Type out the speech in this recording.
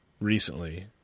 recently